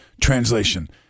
translation